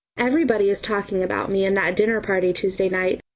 everybody is talking about me and that dinner-party tuesday night,